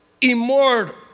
immortal